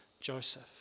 Joseph